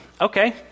Okay